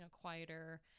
quieter